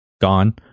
gone